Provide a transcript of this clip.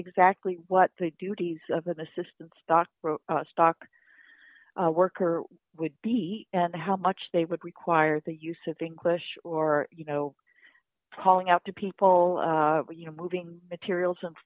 exactly what the duties of an assistant stock stock worker would be and how much they would require the use of english or you know calling out to people you know moving materials and